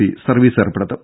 C service ഏർപ്പെടുത്തും